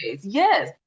Yes